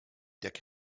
dieser